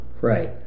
Right